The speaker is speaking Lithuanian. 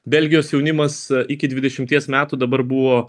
belgijos jaunimas iki dvidešimties metų dabar buvo